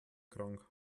krank